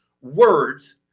Words